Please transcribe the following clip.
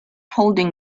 holding